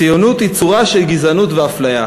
ציונות היא צורה של גזענות ואפליה.